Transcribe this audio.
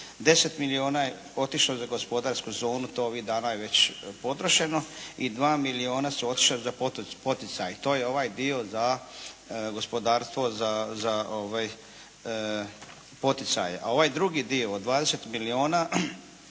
10 milijuna je otišlo za gospodarsku zonu, to ovih dana je već potrošeno, i 2 milijuna su otišla za poticaj. To je ovaj dio za gospodarstvo za poticaje. A ovaj drugi dio od 20 milijuna